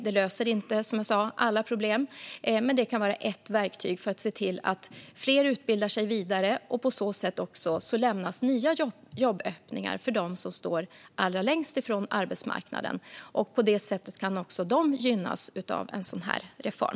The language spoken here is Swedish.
Som jag sa löser det inte alla problem, men det kan vara ett verktyg för att se till att fler utbildar sig vidare. På så sätt lämnas även nya jobböppningar för dem som står allra längst från arbetsmarknaden, och så kan också de gynnas av en sådan här reform.